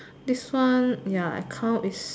this one ya account is